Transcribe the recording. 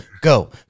go